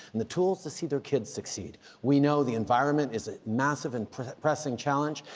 and the tools to see their kids succeed. we know the environment is a massive and pressing challenge,